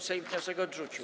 Sejm wniosek odrzucił.